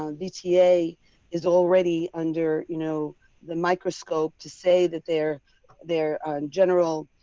um vta is already under you know the microscope to say that their their general,